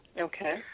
Okay